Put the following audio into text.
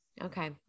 Okay